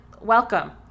welcome